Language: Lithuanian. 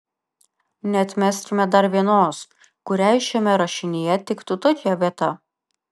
neatmeskime dar vienos kuriai šiame rašinyje tiktų tokia vieta